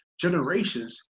generations